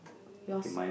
yours